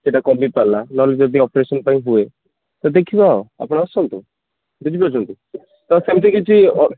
ସେଇଟା କମି ପାରିଲା ନହେଲେ ଯଦି ଅପେରସନ ପାଇଁ ହୁଏ ତାହେଲେ ଦେଖିବା ଆଉ ଆପଣ ଆସନ୍ତୁ ବୁଝିପାରୁଛନ୍ତି ତ ସେମିତି କିଛି